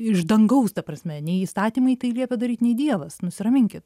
iš dangaus ta prasme nei įstatymai tai liepia daryt nei dievas nusiraminkit